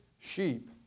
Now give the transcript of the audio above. sheep